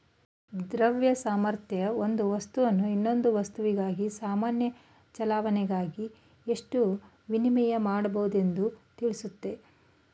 ದ್ರವ್ಯ ಸಾಮರ್ಥ್ಯ ಒಂದು ವಸ್ತುವನ್ನು ಇನ್ನೊಂದು ವಸ್ತುವಿಗಾಗಿ ಸಾಮಾನ್ಯ ಚಲಾವಣೆಯಾಗಿ ಎಷ್ಟು ವಿನಿಮಯ ಮಾಡಬಹುದೆಂದು ತಿಳಿಸುತ್ತೆ